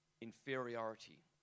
inferiority